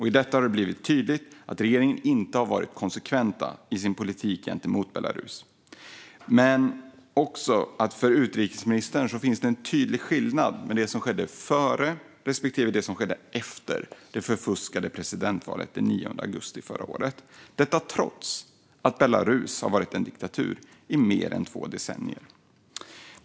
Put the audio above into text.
I den har det blivit tydligt att regeringen inte har varit konsekvent i sin politik gentemot Belarus, men också att det för utrikesministern finns en tydlig skillnad mellan det som skedde före respektive efter det förfuskade presidentvalet den 9 augusti förra året, trots att Belarus har varit en diktatur i mer än två decennier.